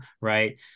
Right